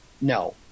no